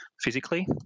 physically